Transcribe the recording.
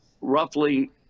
roughly